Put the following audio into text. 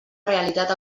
realitat